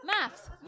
maths